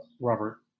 Robert